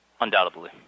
undoubtedly